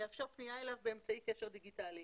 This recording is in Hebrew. יאפשר פנייה אליו באמצעי קשר דיגיטלי.